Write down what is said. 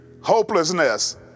Hopelessness